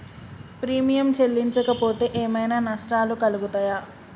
Premium చెల్లించకపోతే ఏమైనా నష్టాలు కలుగుతయా?